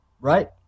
Right